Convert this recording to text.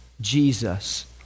Jesus